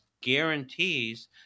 guarantees